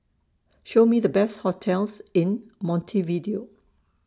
Show Me The Best hotels in Montevideo